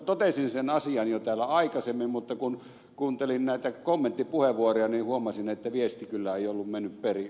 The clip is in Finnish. totesin sen asian jo täällä aikaisemmin mutta kun kuuntelin näitä kommenttipuheenvuoroja niin huomasin että viesti ei kyllä ollut mennyt perille